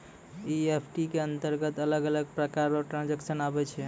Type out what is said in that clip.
EFT के अंतरगत अलग अलग प्रकार रो ट्रांजेक्शन आवै छै